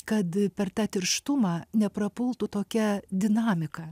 kad per tą tirštumą neprapultų tokia dinamika